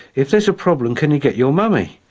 if there's a problem, can you get your mummy?